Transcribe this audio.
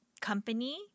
company